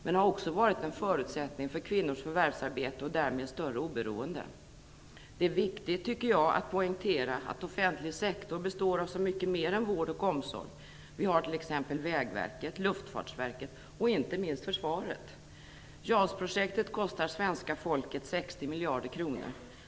Den har också varit en förutsättning för kvinnors förvärvsarbete och därmed större oberoende. Jag tycker att det är viktigt att poängtera att den offentliga sektorn består av så mycket mer än vård och omsorg. Vi har t.ex. Vägverket, Luftfartsverket och inte minst försvaret. JAS-projektet kostar det svenska folket 60 miljarder kronor.